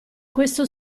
questo